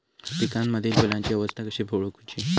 पिकांमदिल फुलांची अवस्था कशी ओळखुची?